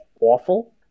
awful